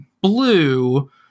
blue